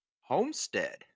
Homestead